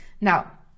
Now